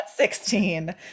16